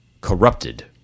corrupted